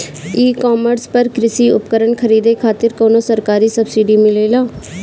ई कॉमर्स पर कृषी उपकरण खरीदे खातिर कउनो सरकारी सब्सीडी मिलेला?